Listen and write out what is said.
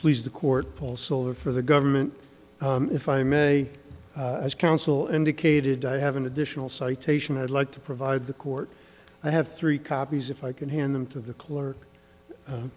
please the court pulls over for the government if i may as counsel indicated i have an additional citation i'd like to provide the court i have three copies if i can hand them to the clerk